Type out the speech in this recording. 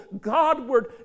Godward